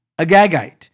Agagite